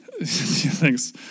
Thanks